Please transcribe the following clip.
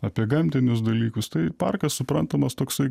apie gamtinius dalykus tai parkas suprantamas toksai